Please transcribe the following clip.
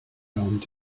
around